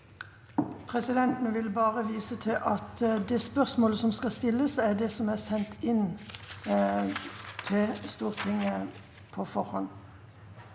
Presidenten vil vise til at det spørsmålet som skal stilles, er det som er sendt inn til Stortinget på forhånd.